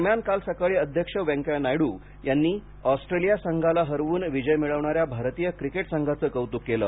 दरम्यान काल सकाळी अध्यक्ष व्यंकय्या नायड् यांनी ऑस्ट्रेलिया संघाला हरवून विजय मिळवणाऱ्या भारतीय क्रिकेट संघाचं कौतूक केलं